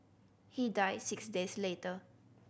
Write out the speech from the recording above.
he died six days later